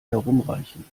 herumreichen